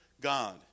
God